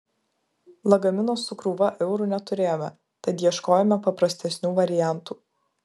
lagamino su krūva eurų neturėjome tad ieškojome paprastesnių variantų